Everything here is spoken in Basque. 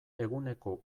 eguneko